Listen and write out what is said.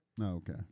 Okay